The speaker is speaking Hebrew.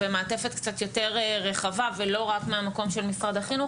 במעטפת קצת יותר רחבה ולא רק מהמקום של משרד החינוך,